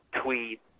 tweet